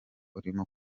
urimo